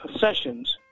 sessions